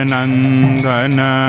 Nandana